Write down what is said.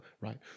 right